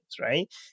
right